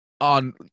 on